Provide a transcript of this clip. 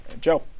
Joe